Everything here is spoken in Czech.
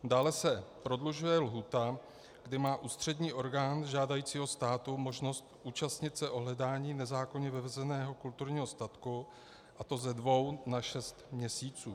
Dále se prodlužuje lhůta, kdy má ústřední orgán žádajícího státu možnost účastnit se ohledání nezákonně vyvezeného kulturního statku, a to ze dvou na šest měsíců.